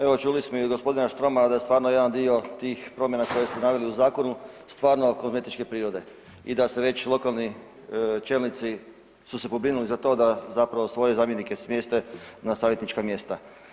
Evo čuli smo i od gospodina Štromara da stvarno jedan dio tih promjena koje ste naveli u zakonu stvarno kozmetičke prirode i da se već lokalni čelnici su se pobrinuli za to da svoje zamjenike smjeste na savjetnička mjesta.